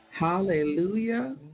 Hallelujah